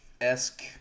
esque